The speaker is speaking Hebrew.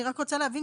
אני רוצה להבין,